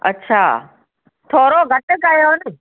अच्छा थोरो घटि कयोसि